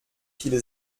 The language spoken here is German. viele